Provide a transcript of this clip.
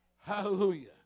Hallelujah